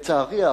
לצערי,